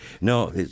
No